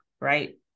right